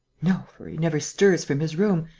no, for he never stirs from his room.